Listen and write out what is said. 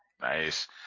Nice